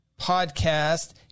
podcast